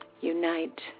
unite